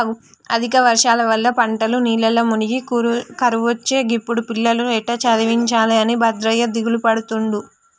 అధిక వర్షాల వల్ల పంటలు నీళ్లల్ల మునిగి కరువొచ్చే గిప్పుడు పిల్లలను ఎట్టా చదివించాలె అని భద్రయ్య దిగులుపడుతుండు